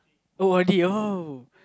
O_R_D uh